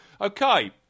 Okay